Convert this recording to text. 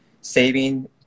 saving